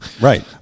Right